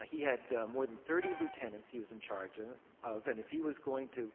he had more than thirty lieutenants he was in charge of and if he was going to